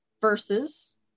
versus